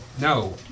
No